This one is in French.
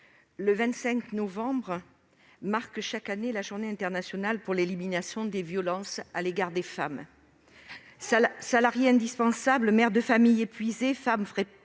Le 25 novembre marque, chaque année, la Journée internationale pour l'élimination de la violence à l'égard des femmes. Salariées indispensables, mères de famille épuisées, femmes